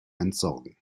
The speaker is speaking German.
entsorgen